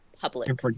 public